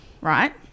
right